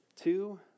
Two